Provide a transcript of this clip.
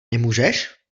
nemůžeš